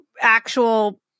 actual